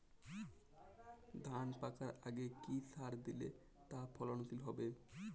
ধান পাকার আগে কি সার দিলে তা ফলনশীল হবে?